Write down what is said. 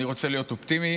אני רוצה להיות אופטימי,